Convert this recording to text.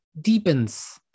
deepens